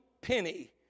penny